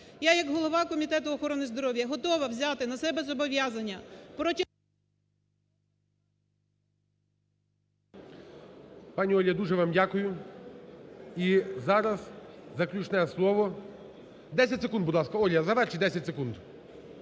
Я як голова Комітету охорони здоров'я готова взяти на себе зобов'язання… ГОЛОВУЮЧИЙ.